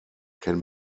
can